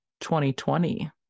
2020